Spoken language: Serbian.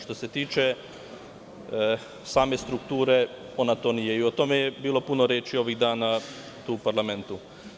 Što se tiče, same strukture, ona to nije, i o tome je bilo puno reči ovih dana u parlamentu.